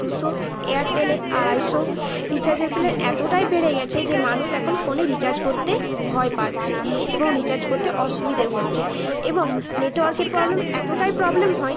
দুশো এয়ারটেলে আড়াইশো রিচার্জের প্ল্যান এতটাই বেড়ে গিয়েছে যে মানুষ এখন ফোনে রিচার্জ করতে ভয় পাচ্ছে এবং রিচার্জ করতে অসুবিধে হচ্ছে এবং নেটওয়ার্কের প্রবলেম এতটাই প্রবলেম হয়